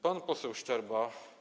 Pan poseł Szczerba.